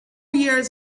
years